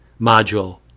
module